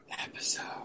episode